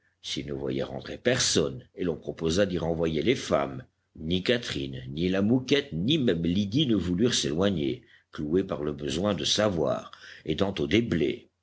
s'il ne voyait rentrer personne et l'on proposa d'y renvoyer les femmes ni catherine ni la mouquette ni même lydie ne voulurent s'éloigner clouées par le besoin de savoir aidant aux déblais